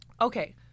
Okay